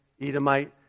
Edomite